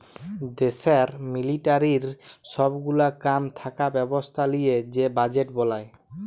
দ্যাশের মিলিটারির সব গুলা কাম থাকা ব্যবস্থা লিয়ে যে বাজেট বলায়